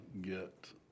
get